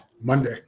Monday